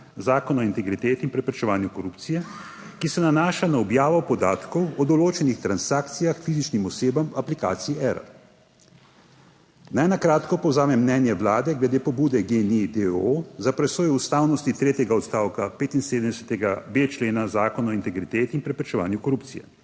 Zakona o integriteti in preprečevanju korupcije, ki se nanaša na objavo podatkov o določenih transakcijah fizičnim osebam v aplikaciji Erar. Naj na kratko povzamem mnenje Vlade glede pobude GEN-I d. o. o. za presojo ustavnosti tretjega odstavka 75.b člena Zakona o integriteti in preprečevanju korupcije.